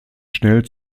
schnell